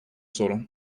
sorun